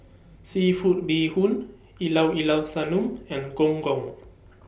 Seafood Bee Hoon E Lau E Lau Sanum and Gong Gong